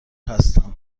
هستم